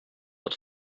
but